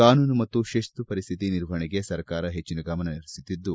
ಕಾನೂನು ಮತ್ತು ಶಿಸ್ತು ಪರಿಸ್ಥಿತಿ ನಿರ್ವಹಣೆಗೆ ಸರ್ಕಾರ ಹೆಚ್ಚು ಗಮನ ಹರಿಸಿದ್ದು